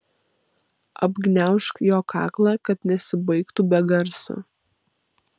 apgniaužk jo kaklą kad nusibaigtų be garso